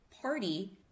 party